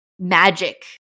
magic